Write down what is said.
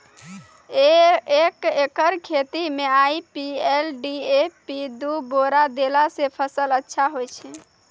एक एकरऽ खेती मे आई.पी.एल डी.ए.पी दु बोरा देला से फ़सल अच्छा होय छै?